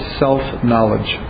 self-knowledge